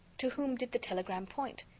to whom did the telegram point,